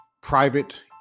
Private